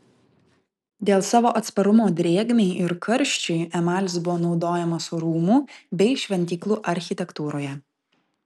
dėl savo atsparumo drėgmei ir karščiui emalis buvo naudojamas rūmų bei šventyklų architektūroje